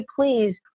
please